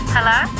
Hello